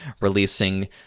releasing